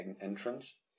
entrance